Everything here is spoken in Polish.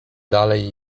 dalej